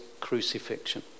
crucifixion